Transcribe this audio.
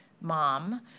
mom